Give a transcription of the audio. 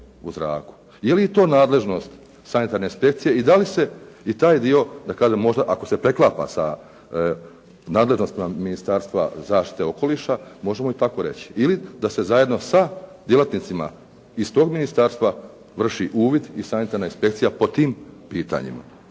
u zraku. Je li i to nadležnost sanitarne inspekcije i da li se i taj dio da kažem možda ako se preklapa sa nadležnostima Ministarstva za zaštitu okoliša možemo i tako reći ili da se zajedno sa djelatnicima iz tog ministarstva vrši uvid i sanitarna inspekcija po tim pitanjima,